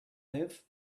live